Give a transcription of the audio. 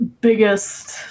biggest